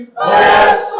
Yes